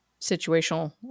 situational